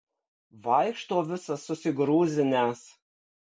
vaikšto visas susigrūzinęs